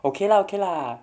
okay lah okay lah